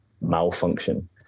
malfunction